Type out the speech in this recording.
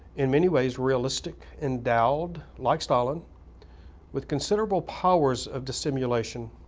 in many ways realistic, endowed like stalin with considerable powers of dissimulation,